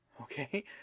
okay